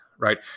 right